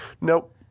Nope